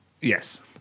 yes